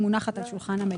היא מונחת על שולחן המליאה.